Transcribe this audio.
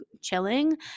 chilling